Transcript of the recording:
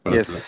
Yes